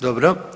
Dobro.